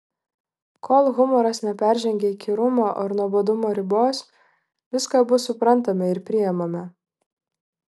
kol humoras neperžengia įkyrumo ar nuobodumo ribos viską abu suprantame ir priimame